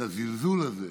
את הזלזול הזה,